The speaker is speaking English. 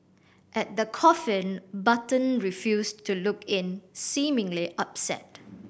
at the coffin Button refused to look in seemingly upset